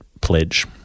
pledge